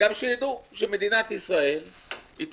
וגם שיידעו שמדינת ישראל התייחסה,